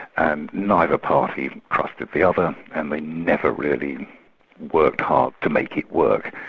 and neither party trusted the other, and they never really worked hard to make it work.